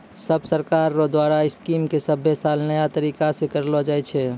सब सरकार रो द्वारा स्कीम के सभे साल नया तरीकासे करलो जाए छै